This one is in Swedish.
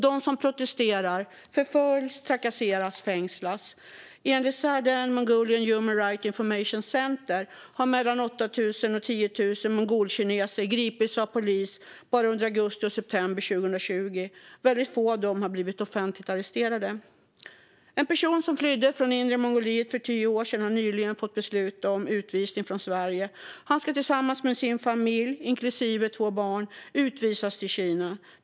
De som protesterar förföljs, trakasseras och fängslas. Enligt Southern Mongolian Human Rights Information Center har mellan 8 000 och 10 000 mongolkineser gripits av polis bara under augusti och september 2020. Väldigt få av dem har blivit offentligt arresterade. En person som flydde från Inre Mongoliet för tio år sedan har nyligen fått beslut om utvisning från Sverige. Han ska tillsammans med sin familj, inklusive två barn, utvisas till Kina.